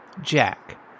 jack